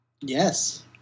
yes